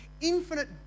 infinite